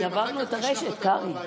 אחרי זה תשלח אותנו הביתה.